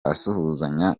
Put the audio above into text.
asuhuzanya